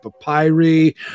papyri